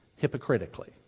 hypocritically